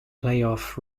playoff